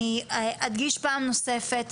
אני אדגיש פעם נוספת,